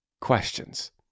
questions